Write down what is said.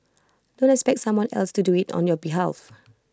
don't expect someone else to do IT on your behalf